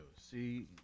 See